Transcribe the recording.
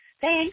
Thanks